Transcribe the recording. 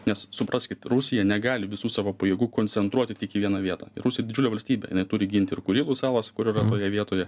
nes supraskit rusija negali visų savo pajėgų koncentruoti tik į vieną vietą ir rusija didžiulė valstybė jinai turi ginti ir kurilų salas kur yra toje vietoje